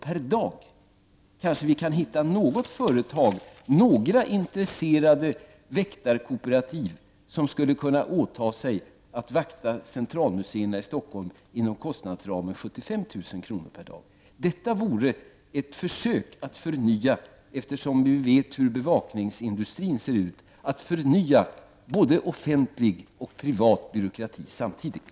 per dag? Kanske vi kan hitta något företag, några intresserade väktarkooperativ som skulle kunna åta sig att vakta centralmuseerna i Stockholm inom kostnadsramen 75 000 kr. per dag. Eftersom vi vet hur bevakningsindustrin ser ut vore det ett försök att förnya både offentlig och privat byråkrati samtidigt.